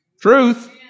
Truth